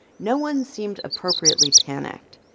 no one seemed appropriately panicked.